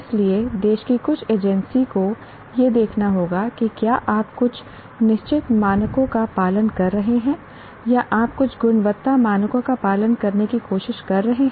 इसलिए देश की कुछ एजेंसी को यह देखना होगा कि क्या आप कुछ निश्चित मानकों का पालन कर रहे हैं या आप कुछ गुणवत्ता मानकों का पालन करने की कोशिश कर रहे हैं